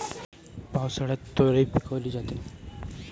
पावसाळ्यात तोराई पिकवली जाते